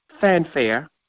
fanfare